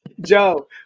Joe